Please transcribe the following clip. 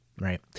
right